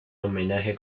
homenaje